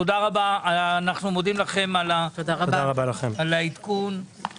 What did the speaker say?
תחילה 2. תחילתן של תקנות אלה ביום כ"ט באדר ב'